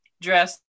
dress